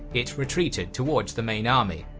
it retreated towards the main army,